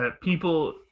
people